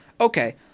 Okay